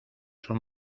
son